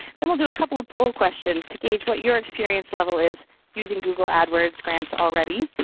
then we'll do a couple of poll questions to gauge what your experience level is using google adwords grants already.